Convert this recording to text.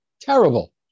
terrible